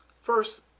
First